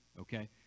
okay